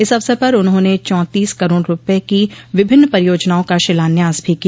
इस अवसर पर उन्होंने चौंतीस करोड़ रूपये की विभिन्न परियोजनाओं का शिलान्यास भी किया